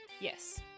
Yes